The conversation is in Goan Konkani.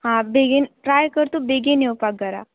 हा बेगीन ट्राय कर तूं बेगीन येवपाक घरा